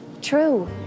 True